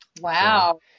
Wow